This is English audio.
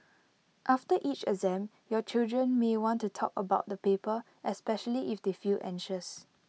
after each exam your children may want to talk about the paper especially if they feel anxious